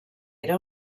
era